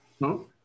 No